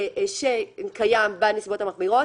שקיים בנסיבות המחמירות,